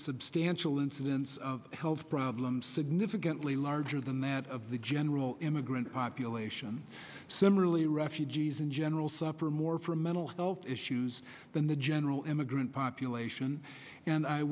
substantial incidence of health problems significantly larger than that of the general immigrant population similarly refugees in general suffer more for mental health issues than the general immigrant population and i